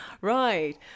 Right